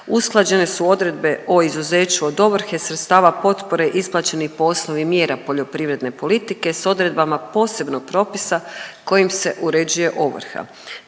Usklađene su odredbe o izuzeću od ovrhe sredstava potpore isplaćenih po osnovi mjera poljoprivredne politike s odredbama posebnog propisa kojim se uređuje ovrha.